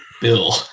Bill